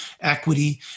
equity